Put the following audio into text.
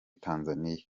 tanzania